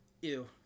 Ew